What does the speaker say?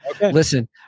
Listen